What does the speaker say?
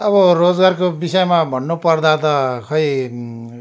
अब रोजगारको विषयमा भन्नुपर्दा त खै